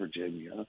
Virginia